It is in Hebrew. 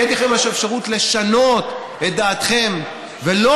כי יש לכם אפשרות לשנות את דעתכם ולא